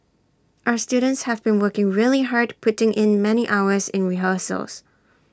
our students have been working really hard putting in many hours in rehearsals